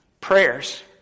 Prayers